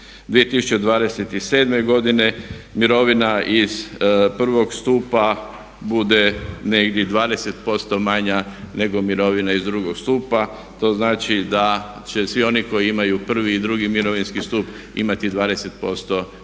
da 2027. godine mirovina iz prvog stupa bude negdje 20% manja nego mirovina iz drugog stupa. To znači da će svi oni koji imaju prvi i drugi mirovinski stup imati 20% veću